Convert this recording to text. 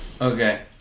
Okay